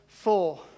Four